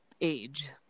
age